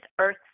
Earth